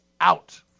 out